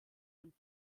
und